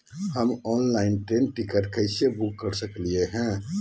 हम online train ticket कैसे book कर सकली हई?